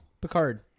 Picard